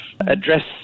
address